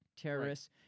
terrorists